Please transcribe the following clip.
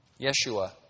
Yeshua